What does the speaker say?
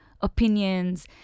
opinions